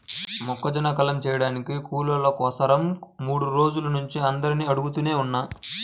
మొక్కజొన్న కల్లం చేయడానికి కూలోళ్ళ కోసరం మూడు రోజుల నుంచి అందరినీ అడుగుతనే ఉన్నా